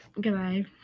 goodbye